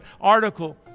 article